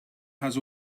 has